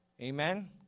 Amen